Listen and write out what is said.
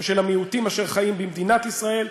ושל המיעוטים אשר חיים במדינת ישראל,